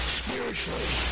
spiritually